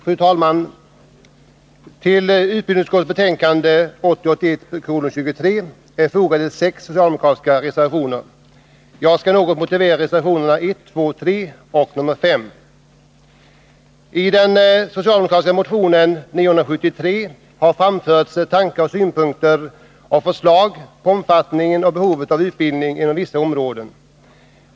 Fru talman! Till utbildningsutskottets betänkande 1980/81:23 är fogade sex socialdemokratiska reservationer. Jag vill något motivera reservationerna 1, 2, 3 och 5. I den socialdemokratiska motionen 973 har framförts tankar, synpunkter och förslag i fråga om omfattningen och behovet av utbildning inom vissa områden.